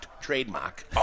trademark